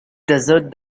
desert